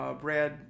Brad